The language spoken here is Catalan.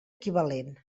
equivalent